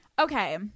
Okay